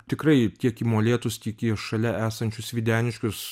tikrai tiek į molėtus tiek į šalia esančius videniškius